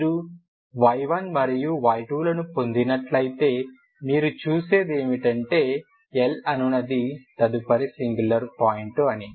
మీరు y1 మరియు y2లను పొందినట్లయితే మీరు చూసేది ఏమిటంటే L అనునది తదుపరి సింగులర్ పాయింట్ అని